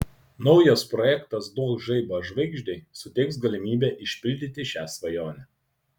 naujas projektas duok žaibą žvaigždei suteiks galimybę išpildyti šią svajonę